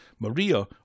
Maria